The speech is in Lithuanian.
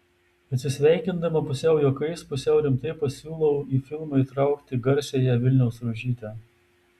atsisveikindama pusiau juokais pusiau rimtai pasiūlau į filmą įtraukti garsiąją vilniaus rožytę